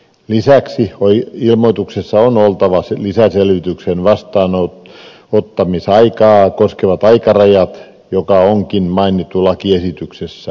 lisäksi ilmoituksessa on oltava lisäselvityksen vastaanottamisaikaa koskevat aikarajat mikä onkin mainittu lakiesityksessä